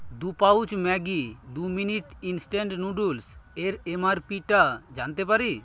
দু pouch Maggi দুমিনিট instant noodles এর এম আর পিটা জানতে পারি